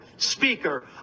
Speaker